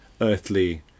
earthly